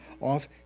off